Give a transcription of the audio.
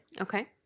Okay